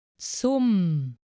Zum